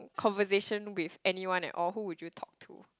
conversation with anyone at all who would you talk to